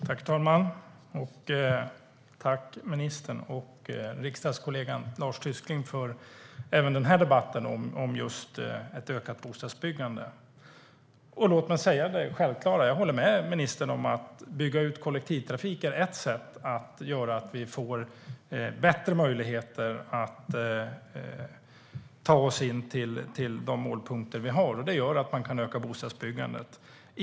Herr talman! Tack, ministern och riksdagskollegan Lars Tysklind, för även den här debatten om ett ökat bostadsbyggande! Låt mig säga det självklara: Jag håller med ministern - att bygga ut kollektivtrafik är ett sätt att skapa bättre möjligheter att ta oss in till de målpunkter vi har, och det gör att man kan öka bostadsbyggandet.